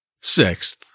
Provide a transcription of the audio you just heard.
Sixth